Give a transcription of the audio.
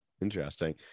Interesting